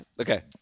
Okay